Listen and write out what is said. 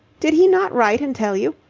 did he not write and tell you?